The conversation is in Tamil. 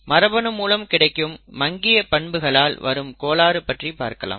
மரபணு மூலம் கிடைக்கும் மங்கிய பண்புகளால் வரும் கோளாறு பற்றி பார்க்கலாம்